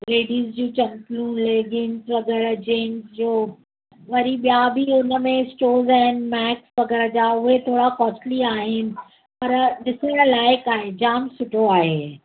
ladies जी चंपलू leggings वग़ैरह जेंट्स जो वरी ॿियां बि उनमें स्टोर्स आहिनि मैक्स वग़ैरह जा उहे थोरा कोस्टली आहिनि पर ॾिसणु लाइकु आहे जामु सुठो आहे